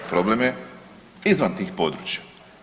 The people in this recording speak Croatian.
Problem je izvan tih područja.